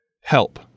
Help